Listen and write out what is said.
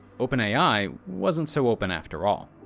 openai wasn't so open after all.